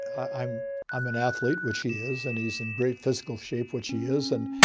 i'm i'm an athlete. which he is, and he's in great physical shape, which he is. and,